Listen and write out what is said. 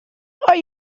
are